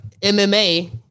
MMA